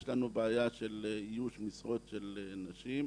יש לנו בעיה של איוש משרות של נשים,